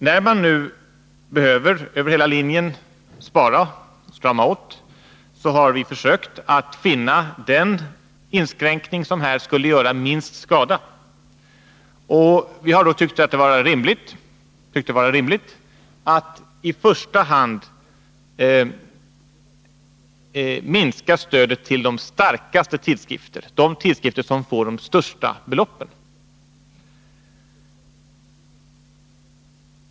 När vi nu behöver spara och strama åt över hela linjen, har vi försökt att finna den inskränkning som här skulle göra minst skada. Vi har då tyckt det vara rimligt att i första hand minska stödet till de starkaste tidskrifterna, de tidskrifter som får de största beloppen.